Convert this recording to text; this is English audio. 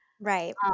Right